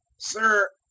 sir,